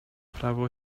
prawo